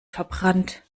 verbrannt